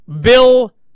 Bill